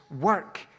work